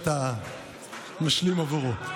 טוב שאתה משלים עבורו.